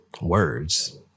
words